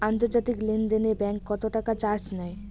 আন্তর্জাতিক লেনদেনে ব্যাংক কত টাকা চার্জ নেয়?